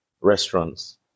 restaurants